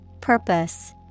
Purpose